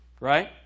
Right